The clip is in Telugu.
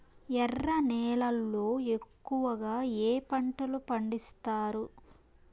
ఎర్ర నేలల్లో ఎక్కువగా ఏ పంటలు పండిస్తారు